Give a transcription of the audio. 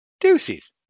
deuces